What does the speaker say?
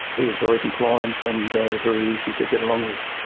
he was very compliant and very easy to get along with,